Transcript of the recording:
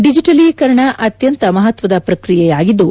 ಡಿಜಿಟಲೀಕರಣ ಅತ್ಯಂತ ಮಹತ್ವವಾದ ಪ್ರಕ್ರಿಯೆಯಾಗಿದ್ದು